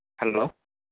hello